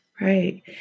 Right